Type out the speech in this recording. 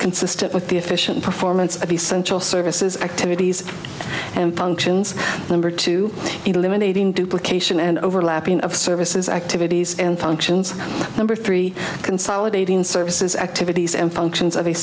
consistent with the efficient performance of essential services activities and functions number two eliminating duplication and overlapping of services activities and functions number three consolidating services activities and functions